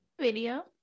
Video